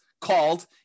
called